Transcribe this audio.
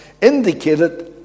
indicated